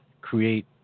create